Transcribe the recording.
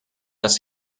dass